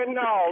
no